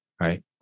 right